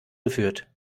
geführt